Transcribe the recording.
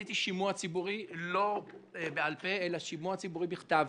עשיתי שימוע ציבורי לא בעל-פה אלא שימוע ציבורי בכתב,